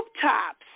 tops